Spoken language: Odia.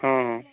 ହଁ ହଁ